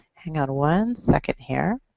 hand on one second here.